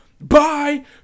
bye